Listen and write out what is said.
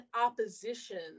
opposition